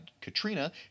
Katrina